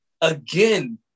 Again